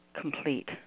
complete